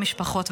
המשפחות,